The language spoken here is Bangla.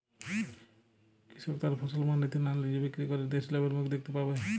কৃষক তার ফসল মান্ডিতে না নিজে বিক্রি করলে বেশি লাভের মুখ দেখতে পাবে?